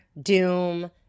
doom